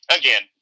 again